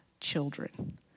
children